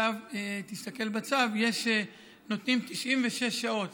תסתכל בצו: נותנים 96 שעות,